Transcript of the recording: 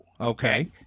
Okay